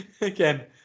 Again